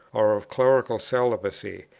or of clerical celibacy,